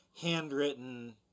Handwritten